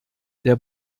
der